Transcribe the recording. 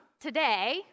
today